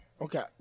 Okay